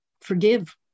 Forgive